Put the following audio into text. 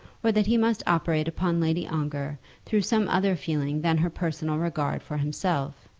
or that he must operate upon lady ongar through some other feeling than her personal regard for himself.